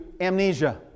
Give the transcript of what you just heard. amnesia